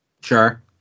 sure